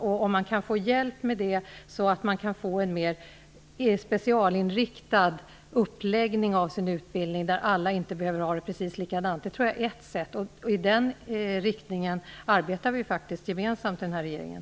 Om man kan få hjälp med det, kan man få en mer specialinriktad uppläggning av sin utbildning. Alla behöver inte ha det precis likadant. Det tror jag är ett sätt. Vi arbetar gemensamt i den riktningen i regeringen.